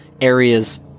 areas